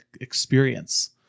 experience